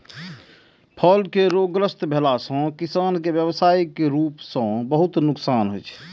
फल केर रोगग्रस्त भेला सं किसान कें व्यावसायिक रूप सं बहुत नुकसान होइ छै